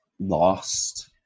lost